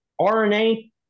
RNA